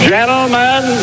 Gentlemen